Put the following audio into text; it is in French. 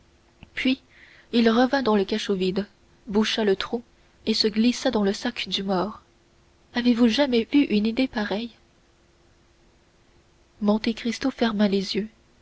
puis il revint dans le cachot vide boucha le trou et se glissa dans le sac du mort avez-vous jamais vu une idée pareille monte cristo ferma les yeux